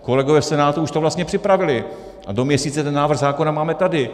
Kolegové v Senátu už to vlastně připravili a do měsíce ten návrh zákona máme tady.